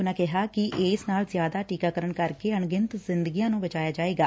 ਉਨੂਾਂ ਕਿਹਾ ਕਿ ਇਸ ਨਾਲ ਜ਼ਿਆਦਾ ਟੀਕਾਕਰਨ ਕਰਕੇ ਅਣਗਿਣਤ ਜਿੰਦਗੀਆਂ ਨੁੰ ਬਚਾਇਆ ਜਾਏਗਾ